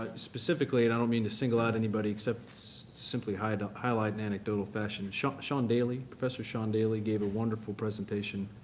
specifically and i don't mean to single out anybody except simply highlight highlight in anecdotal fashion sean sean daley, professor sean daley, gave a wonderful presentation,